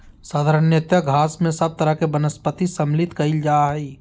साधारणतय घास में सब तरह के वनस्पति सम्मिलित कइल जा हइ